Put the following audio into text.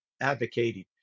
advocating